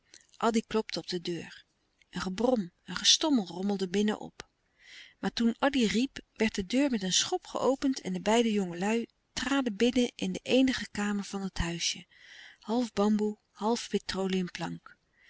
klopte op de deur een gebrom een gestommel rommelde binnen op maar toen addy riep louis couperus de stille kracht werd de deur met een schop geopend en de beide jongelui traden binnen in de eenige kamer van het huisje half bamboe half